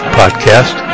podcast